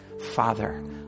Father